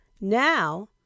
Now